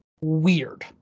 weird